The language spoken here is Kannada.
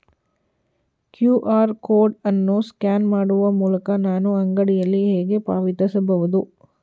ಕ್ಯೂ.ಆರ್ ಕೋಡ್ ಅನ್ನು ಸ್ಕ್ಯಾನ್ ಮಾಡುವ ಮೂಲಕ ನಾನು ಅಂಗಡಿಯಲ್ಲಿ ಹೇಗೆ ಪಾವತಿಸಬಹುದು?